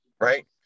Right